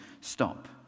stop